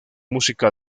música